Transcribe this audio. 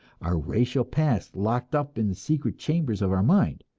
our racial past locked up in the secret chambers of our mind?